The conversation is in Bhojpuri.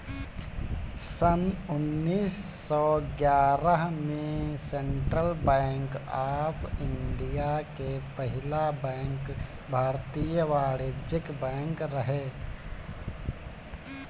सन्न उन्नीस सौ ग्यारह में सेंट्रल बैंक ऑफ़ इंडिया के पहिला बैंक भारतीय वाणिज्यिक बैंक रहे